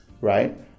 right